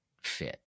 fit